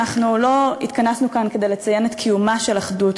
אנחנו לא התכנסנו כאן כדי לציין קיומה של אחדות,